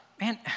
man